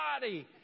body